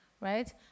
right